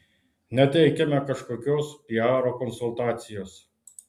neteikiame kažkokios piaro konsultacijos